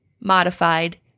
modified